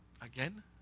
again